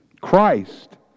Christ